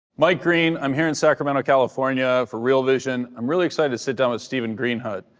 mike green, i'm here in sacramento, california for real vision. i'm really excited to sit down with steven greenhut.